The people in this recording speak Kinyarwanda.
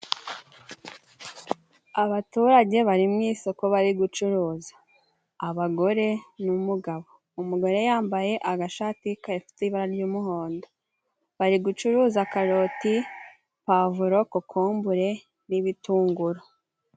Abaturage bari mu isoko bari gucuruza. Abagore n'umugabo. Umugore yambaye agashati gafite ibara ry'umuhondo. Bari gucuruza karoti, pwavuro, kokombure n'ibitunguru.